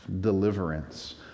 deliverance